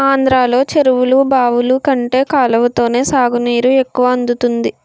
ఆంధ్రలో చెరువులు, బావులు కంటే కాలవతోనే సాగునీరు ఎక్కువ అందుతుంది